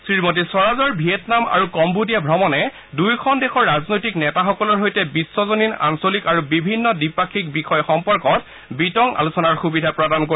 শ্ৰীমতী স্বৰাজৰ ভিয়েটনাম আৰু কম্বেডিয়া ভ্ৰমণে দুয়োখন দেশৰ ৰাজনৈতিক নেতাসকলৰ সৈতে বিশ্বজনীন আঞ্চলিক আৰু বিভিন্ন দ্বিপাক্ষিক বিষয় সম্পৰ্কত বিতং আলোচনাৰ সুবিধা প্ৰধান কৰিব